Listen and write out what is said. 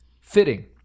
Fitting